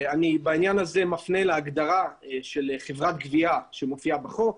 בעניין הזה אני מפנה להגדרה של חברת גבייה כפי שמופיעה בחוק.